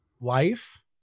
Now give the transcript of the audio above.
life